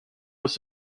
was